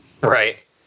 right